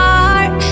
heart